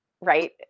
Right